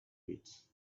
pits